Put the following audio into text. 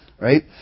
Right